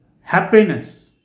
happiness